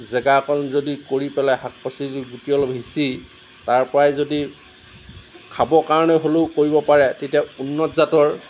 জেগা অকণ যদি কৰি পেলাই শাক পাচলিৰ গুটি অলপ সিঁচি তাৰ পৰাই যদি খাব কাৰণে হ'লেও কৰিব পাৰে তেতিয়া উন্নত জাতৰ